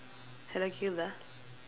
hello கேட்குதா:keetkuthaa